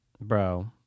Bro